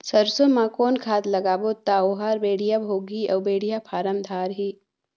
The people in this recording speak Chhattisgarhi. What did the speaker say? सरसो मा कौन खाद लगाबो ता ओहार बेडिया भोगही अउ बेडिया फारम धारही?